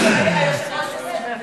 היושב-ראש צודק,